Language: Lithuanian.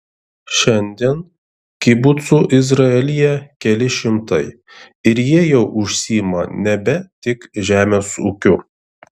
šiandien kibucų izraelyje keli šimtai ir jie jau užsiima nebe tik žemės ūkiu